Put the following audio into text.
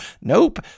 Nope